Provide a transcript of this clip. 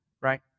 Right